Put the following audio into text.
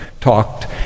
talked